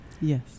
Yes